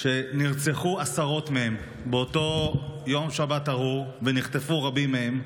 שנרצחו עשרות מהם באותו יום שבת ארור ונחטפו רבים מהם.